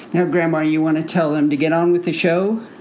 now, grandma, you want to tell them to get on with the show?